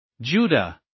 Judah